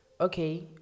Okay